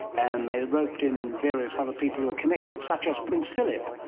and they roped in various other people who were connected, such as prince philip,